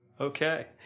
Okay